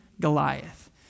Goliath